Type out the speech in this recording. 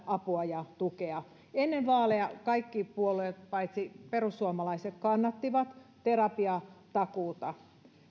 apua ja tukea ennen vaaleja kaikki puolueet paitsi perussuomalaiset kannattivat terapiatakuuta